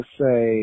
say